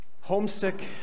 Homesick